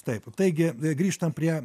taip taigi grįžtam prie